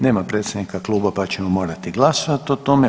Nema predstavnika kluba, pa ćemo morati glasovati o tome.